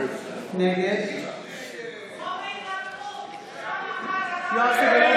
נגד תודה, חברת הכנסת